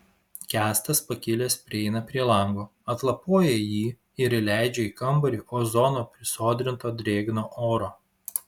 kęstas pakilęs prieina prie lango atlapoja jį ir įleidžia į kambarį ozono prisodrinto drėgno oro